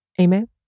Amen